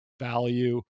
Value